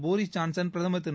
Boris Johnson பிரதமர் திரு